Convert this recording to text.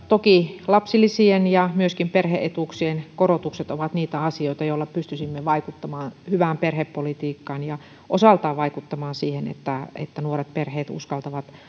toki lapsilisien ja myöskin perhe etuuksien korotukset ovat niitä asioita joilla pystyisimme vaikuttamaan hyvään perhepolitiikkaan ja osaltaan vaikuttamaan siihen että että nuoret perheet uskaltavat